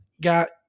got